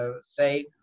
say